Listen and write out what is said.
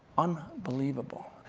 um unbelievable.